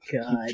god